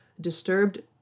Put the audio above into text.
disturbed